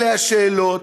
אלה השאלות.